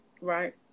right